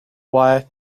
wire